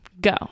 Go